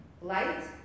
light